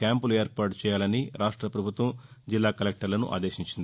క్యాంప్లు ఏర్పాటు చేయాలని రాష్ట ప్రభుత్వం జిల్లా కలెక్టర్లను ఆదేశించింది